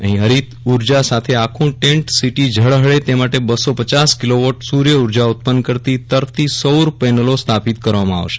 અહીં હરિત ઊર્જા સાથે આખું ટેન્ટ સીટી ઝળહળે તે માટે બસો પચાસ કિલોવોટ સૂર્ય ઊર્જ્ર ઉત્પન્ન કરતી તરતી સૌર પેનલો સ્થાપિત કરવામાં આવશે